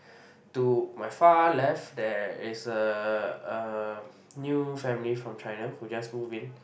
to my far left there is a um new family from China who just moved in